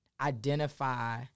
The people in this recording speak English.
identify